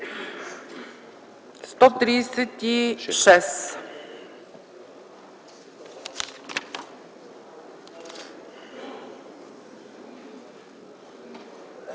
136.